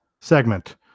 segment